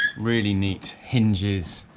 really neat hinges,